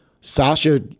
Sasha